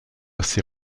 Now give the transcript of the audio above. ces